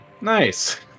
Nice